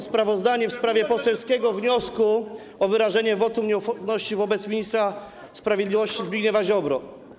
Sprawozdanie w sprawie poselskiego wniosku o wyrażenie wotum nieufności wobec ministra sprawiedliwości Zbigniewa Ziobry.